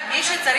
אבל מי שצריך,